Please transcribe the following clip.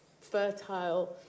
fertile